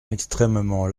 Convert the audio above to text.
extrêmement